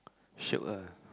shiok ah